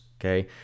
Okay